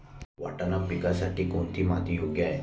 वाटाणा पिकासाठी कोणती माती योग्य आहे?